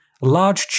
Large